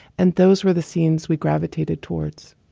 and those were the scenes we gravitated towards.